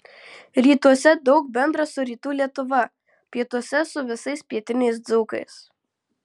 rytuose daug bendra su rytų lietuva pietuose su visais pietiniais dzūkais